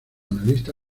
analista